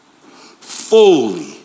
fully